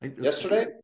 yesterday